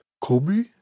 Kobe